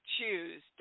choose